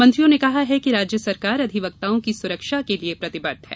मंत्रियों ने कहा है कि राज्य सरकार अधिवक्ताओं की सुरक्षा के प्रतिबद्ध है